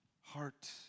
heart